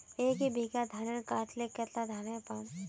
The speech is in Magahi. एक बीघा धानेर करले कतला धानेर पाम?